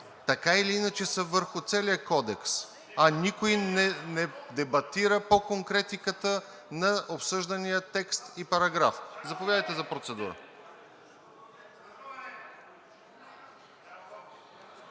така или иначе са върху целия кодекс, а никой не дебатира по конкретиката на обсъждания текст и параграф. Заповядайте за процедура.